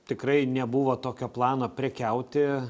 tikrai nebuvo tokio plano prekiauti